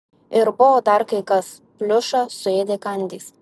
ir buvo dar kai kas pliušą suėdė kandys